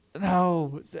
No